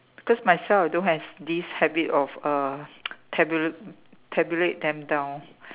because myself I don't have this habit of uh tabulate tabulate them down